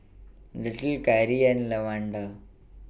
Little Kyrie and Lawanda